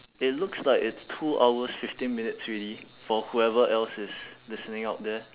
it looks like it's two hours fifteen minutes already for whoever else is listening out there